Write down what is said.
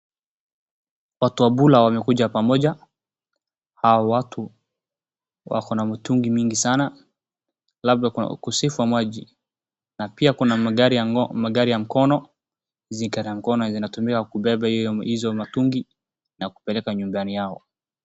Watu wa bula wamekuja pamoja, hawa watu wako na mitungi mingi sana labda kuna ukosefu wa maji, na pia kuna magari ya mkono, ziko na mkono zinatumiwa kubeba hizo mitungi na kupeleka nyumbani kwao.